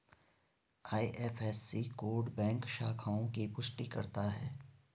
IFSC code bank शाखाओं की पुष्टि करता है